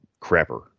crapper